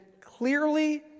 clearly